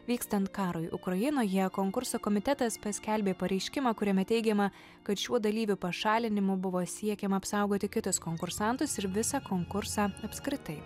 vykstant karui ukrainoje konkurso komitetas paskelbė pareiškimą kuriame teigiama kad šių dalyvių pašalinimu buvo siekiama apsaugoti kitus konkursantus ir visą konkursą apskritai